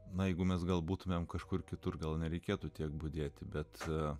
na jeigu mes gal būtumėm kažkur kitur gal nereikėtų tiek budėti bet